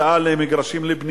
אין להם הקצאה למגרשים לבנייה,